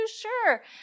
sure